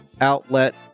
outlet